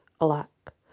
Alack